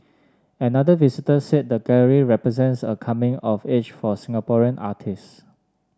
another visitor said the gallery represents a coming of age for Singaporean artists